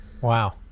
Wow